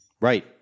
Right